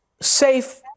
safe